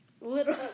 Little